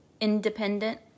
independent